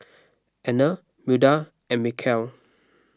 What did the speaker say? Anner Milda and Michaele